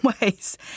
ways